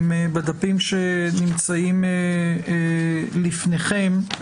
הן בדפים שנמצאים לפניכם.